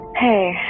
Hey